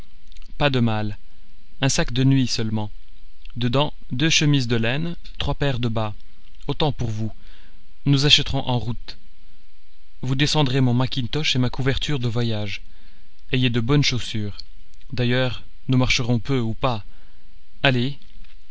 pas de malles un sac de nuit seulement dedans deux chemises de laine trois paires de bas autant pour vous nous achèterons en route vous descendrez mon mackintosh et ma couverture de voyage ayez de bonnes chaussures d'ailleurs nous marcherons peu ou pas allez